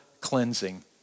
cleansing